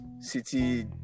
City